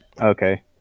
okay